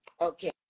okay